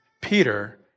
Peter